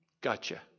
Gotcha